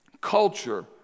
culture